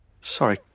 Sorry